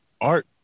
art